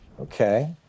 Okay